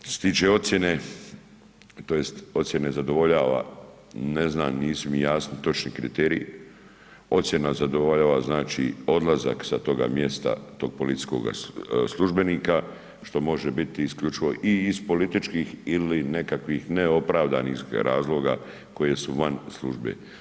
Što se tiče ocjene tj. ocjene zadovoljava, ne znam, nisu mi jasni točni kriteriji, ocjena zadovoljava znači odlazak sa toga mjesta tog policijskoga službenika, što može biti isključivo i iz političkih ili nekakvih neopravdanih razloga koje su van službe.